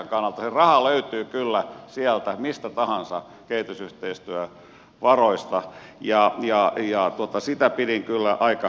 se raha löytyy kyllä mistä tahansa sieltä kehitysyhteistyövaroista ja sitä pidin kyllä aika omituisena